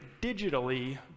digitally